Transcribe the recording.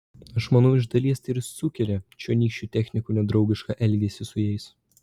aš manau iš dalies tai ir sukelia čionykščių technikų nedraugišką elgesį su jais